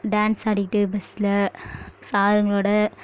dance ஆடிகிட்டு பஸில் சாருங்களோடு